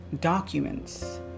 documents